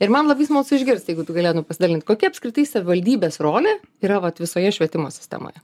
ir man labai smalsu išgirst jeigu tu galėtum pasidalint kokia apskritai savivaldybės rolė yra vat visoje švietimo sistemoje